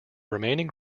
remaining